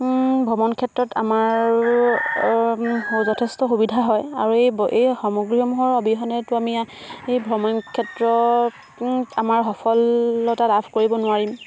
ভ্ৰমণ ক্ষেত্ৰত আমাৰ যথেষ্ট অসুবিধা হয় আৰু এই এই সামগ্ৰীসমূহৰ অবিহনেটো আমি এই ভ্ৰমণ ক্ষেত্ৰত আমাৰ সফলতা লাভ কৰিব নোৱাৰিম